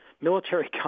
military